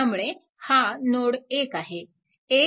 त्यामुळे हा नोड 1 आहे